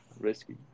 risky